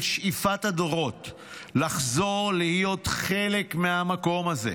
שאיפת הדורות לחזור להיות חלק מהמקום הזה,